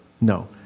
No